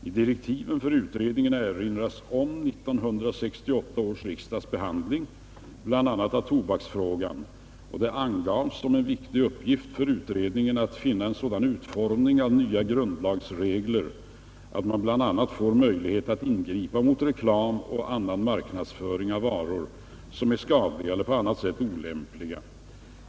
I direktiven för utredningen erinras om 1968 års riksdags behandling bl.a. av tobaksfrågan, och det angavs som en viktig uppgift för utredningen att finna en sådan utformning av nya grundlagsregler att man bl.a. får möjlighet att ingripa mot reklam och annan marknadsföring av varor, som är skadliga eller på annat sätt olämpliga.